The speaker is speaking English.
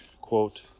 quote